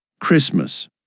Christmas